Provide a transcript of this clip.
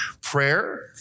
prayer